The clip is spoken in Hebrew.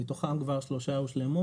מתוכם כבר שלושה הושלמו.